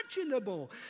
unimaginable